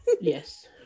Yes